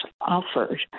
offered